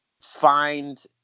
find